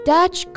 ，Dutch